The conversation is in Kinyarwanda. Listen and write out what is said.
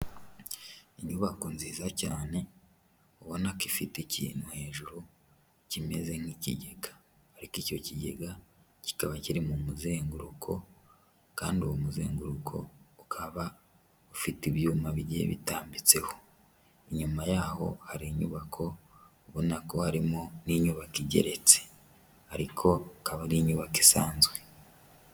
Inyubako nziza cyane ubona ko ifite ikintu hejuru kimeze nk'ikigega ariko icyo kigega kikaba kiri mu muzenguruko kandi uwo muzenguruko ukaba ufite ibyuma bigiye bitambitseho, inyuma yaho hari inyubako ubona ko harimo n'inyubako igeretse ariko akaba ari inyubako isanzwe.